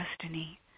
destiny